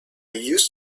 used